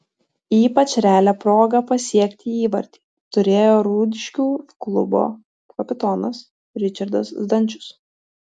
ypač realią progą pasiekti įvartį turėjo rūdiškių klubo kapitonas ričardas zdančius